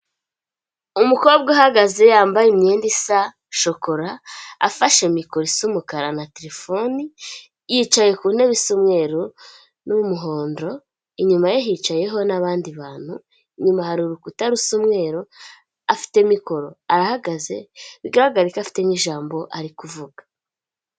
Umukobwa uhagaze yambaye imyenda isa shokora, afashe mikoro isa umukara na terefoni, yicaye ku ntebe isa umweru n'umuhondo, inyuma ye hicayeho n'abandi bantu, inyuma hari urukuta rusa umweru, afite mikoro, arahagaze, bigaragara ko afite n'ijambo ari kuvuga.